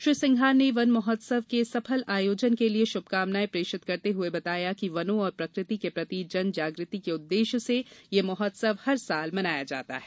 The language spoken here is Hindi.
श्री सिंघार ने वन महोत्सव के सफल आयोजन के लिये शुभकामनाएँ प्रेषित करते हुए बताया कि वनों और प्रकृति के प्रति जन जागृति के उद्देश्य से यह महोत्सव प्रति वर्ष मनाया जाता है